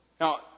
Now